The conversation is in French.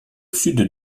sud